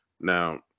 now